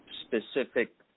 specific